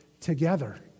together